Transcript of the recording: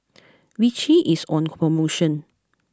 Vichy is on promotion